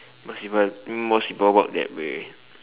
most people most people work that way